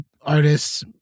artists